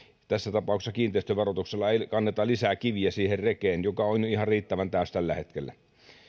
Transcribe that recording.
tässä tapauksessa kiinteistöverotuksella kanneta lisää kiviä siihen rekeen joka on jo ihan riittävän täysi tällä hetkellä